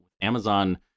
Amazon